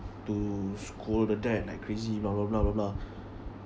to scold the dad like crazy blah blah blah blah blah